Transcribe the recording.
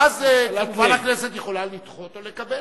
ואז כמובן הכנסת יכולה לדחות או לקבל.